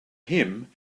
him